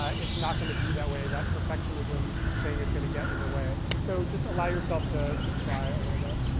it's not going to be that way. that perfectionism thing is going to get in the way. so just allow yourself to to try a little bit.